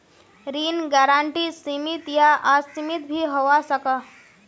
ऋण गारंटी सीमित या असीमित भी होवा सकोह